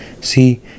see